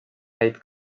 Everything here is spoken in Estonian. neid